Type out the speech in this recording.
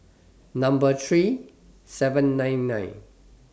Number three seven nine nine